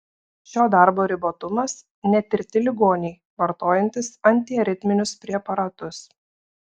šio darbo ribotumas netirti ligoniai vartojantys antiaritminius preparatus